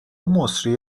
مسری